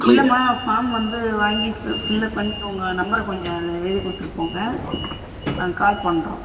இல்லைம்மா ஃபார்ம் வந்து வாங்கி ஃபி ஃபில்லப் பண்ணி உங்கள் நம்பரை கொஞ்சம் இதில் எழுதி கொடுத்துட்டு போங்க நாங்கள் கால் பண்ணுறோம்